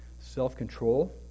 self-control